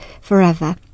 forever